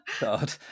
god